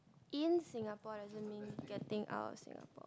in Singapore doesn't mean getting out of Singapore